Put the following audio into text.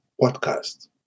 podcast